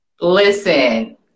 listen